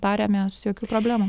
tariamės jokių problemų